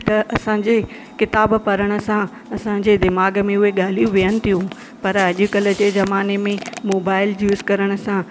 त असांजे क़िताबु पढ़ण सां असांजे दीमाग़ु में उहे ॻाल्हियूं वेहनि थियूं पर अॼुकल्ह जे ज़माने में मोबाइल यूस करण सां